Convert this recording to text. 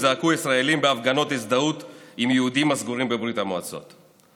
זעקו ישראלים בהפגנות הזדהות עם היהודים הסגורים בברית המועצות.